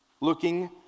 Looking